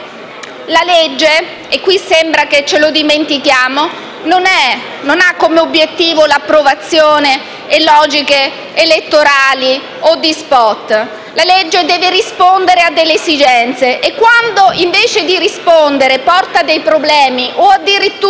una legge - e qui sembra che ce lo dimentichiamo - non ha come obiettivo logiche elettorali o di *spot*. La legge deve rispondere a precise esigenze e quando, invece di rispondervi, porta a dei problemi o addirittura